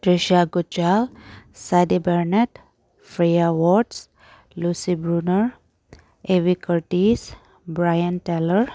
Tricia Gutjahr Sadie Barnett Freya Watts Lucy Brunner Abi Curtis Bryan Taylor